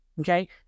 okay